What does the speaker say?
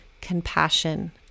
compassion